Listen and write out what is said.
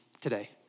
today